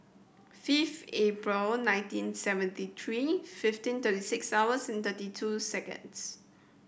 fifth April nineteen seventy three fifteen thirty six hours thirty two seconds